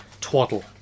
twaddle